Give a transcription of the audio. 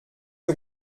les